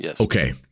okay